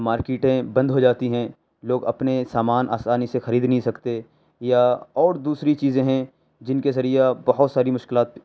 مارکیٹیں بند ہو جاتی ہیں لوگ اپنے سامان آسانی سے خرید نہیں سکتے یا اور دوسری چیزیں ہیں جن کے ذریعہ بہت ساری مشکلات